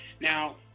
Now